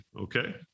Okay